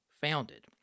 founded